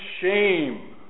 shame